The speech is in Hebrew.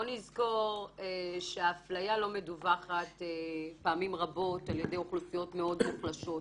בוא נזכור שהאפליה לא מדווחת פעמים רבות על ידי אוכלוסיות מאוד מוחלשות,